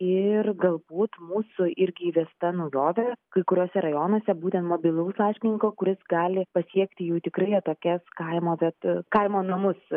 ir galbūt mūsų irgi įvesta naujovė kai kuriuose rajonuose būtent mobilaus laiškininko kuris gali pasiekti jų tikrai atokias kaimo viet kaimo namus